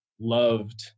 loved